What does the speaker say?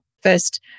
first